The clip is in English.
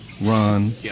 run